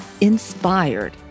inspired